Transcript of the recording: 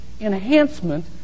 enhancement